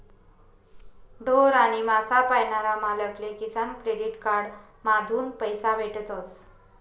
ढोर आणि मासा पायनारा मालक ले किसान क्रेडिट कार्ड माधून पैसा भेटतस